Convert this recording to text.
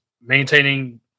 maintaining